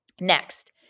Next